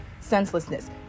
senselessness